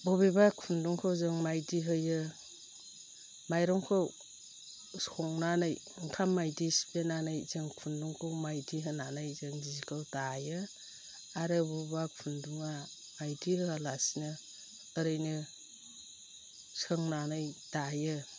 बबेबा खुन्दुंखौ जों मायदि होयो माइरंखौ संनानै ओंखाम मायदि सिप्लेनानै जों खुन्दुंखौ मायदि होनानै जों जिखौ दायो आरो बबेबा खुन्दुङा मायदि होआलासिनो ओरैनो सोंनानै दायो